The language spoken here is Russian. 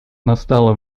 настало